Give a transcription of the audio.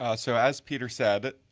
ah so as peter said,